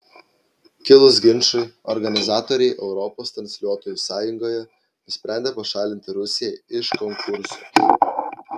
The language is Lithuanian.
kilus ginčui organizatoriai europos transliuotojų sąjungoje nusprendė pašalinti rusiją iš konkurso